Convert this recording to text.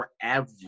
forever